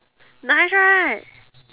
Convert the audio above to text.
nice right